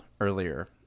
earlier